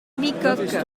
bicoque